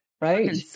Right